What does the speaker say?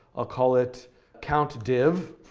i'll call it countdiv,